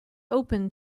open